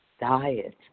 diet